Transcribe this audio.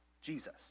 Jesus